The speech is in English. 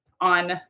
on